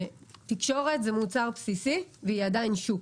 תקשורת זה מוצר בסיסי והיא עדיין שוק.